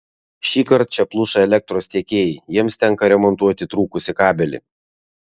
šįkart čia pluša elektros tiekėjai jiems tenka remontuoti trūkusį kabelį